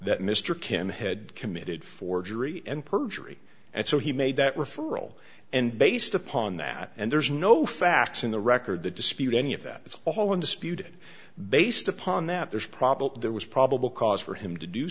that mr kim had committed forgery and perjury and so he made that referral and based upon that and there's no facts in the record that dispute any of that it's all undisputed based upon that there's a problem there was probable cause for him to do